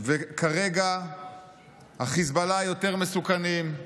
וכרגע החיזבאללה יותר מסוכנים,